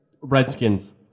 Redskins